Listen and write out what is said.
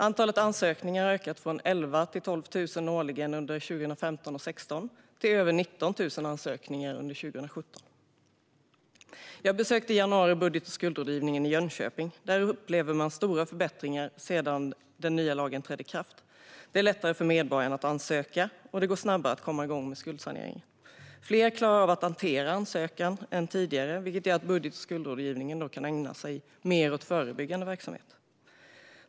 Antalet ansökningar har ökat från 11 000-12 000 årligen under 2015-16 till över 19 000 ansökningar 2017. Jag besökte i januari budget och skuldrådgivningen i Jönköping. Där upplever man stora förbättringar sedan den nya lagen trädde i kraft. Det är lättare för medborgarna att ansöka, och det går snabbare att komma igång med skuldsaneringen. Fler än tidigare klarar av att hantera ansökan, vilket gör att budget och skuldrådgivningen kan ägna sig mer åt förebyggande verksamhet.